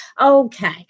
okay